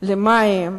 של המים,